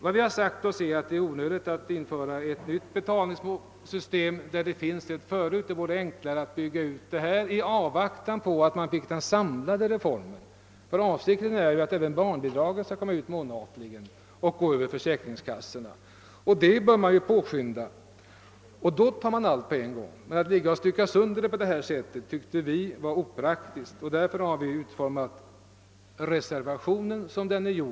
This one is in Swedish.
Vi har sagt oss att det är onödigt att införa ett nytt betalningssystem och att det vore enklare att bygga ut det system som nu finns i avvaktan på den samlade reformen. Avsikten är ju att även barnbidragen skall utbetalas månatligen och gå över försäkringskassorna. Detta ärende bör naturligtvis påskyndas, och då tar man allt på en gång. Att stycka sönder ärendet tyckte vi var opraktiskt, och av den anledningen har vi utformat reservationen på det sätt som vi har gjort.